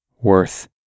worth